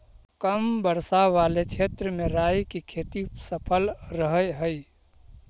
कम वर्षा वाले क्षेत्र में राई की खेती सफल रहअ हई